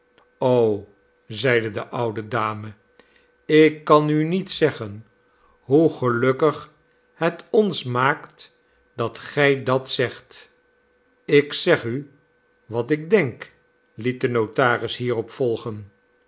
zeide de oude dame ik kan u niet zeggen hoe gelukkig het ons maakt dat gij dat zegt ik zeg u wat ik denk liet de notaris hierop volgen